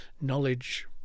knowledge